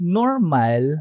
normal